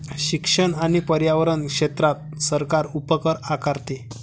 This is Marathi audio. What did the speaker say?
शिक्षण आणि पर्यावरण क्षेत्रात सरकार उपकर आकारते